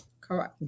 Correct